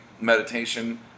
Meditation